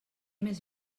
més